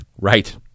Right